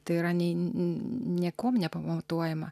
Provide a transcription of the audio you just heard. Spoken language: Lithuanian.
tai yra nie niekuom nepamatuojama